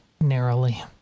narrowly